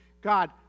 God